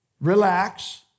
relax